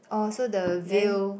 oh so the veil